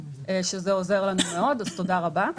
וזה מאוד עוזר לנו תודה רבה.